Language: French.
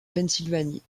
pennsylvanie